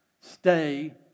stay